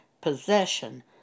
possession